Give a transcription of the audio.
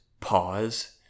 pause